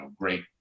great